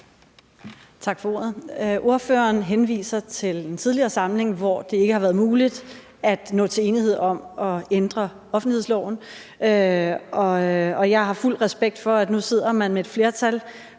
Tak for ordet. Ordføreren henviser til en tidligere samling, hvor det ikke var muligt at nå til enighed om at ændre offentlighedsloven, og jeg har fuld respekt for, at man nu sidder med et flertal